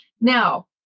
Now